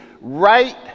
right